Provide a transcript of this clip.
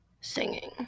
singing